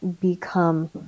become